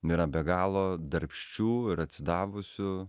yra be galo darbščių ir atsidavusių